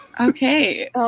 Okay